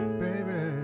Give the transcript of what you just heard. baby